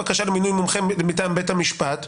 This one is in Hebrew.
בקשה למינוי מומחה מטעם בית המשפט,